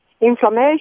inflammation